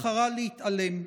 בחרה להתעלם.